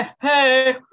hey